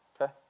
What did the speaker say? Okay